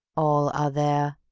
all are there.